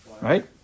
Right